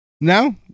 no